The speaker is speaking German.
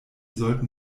sollten